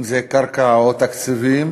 אם זה קרקע ואם תקציבים,